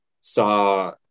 saw